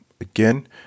again